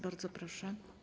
Bardzo proszę.